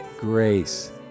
grace